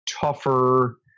tougher